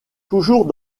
toujours